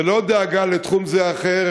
זה לא דאגה לתחום זה או אחר,